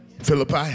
Philippi